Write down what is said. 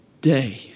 day